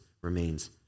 remains